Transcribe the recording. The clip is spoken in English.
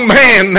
man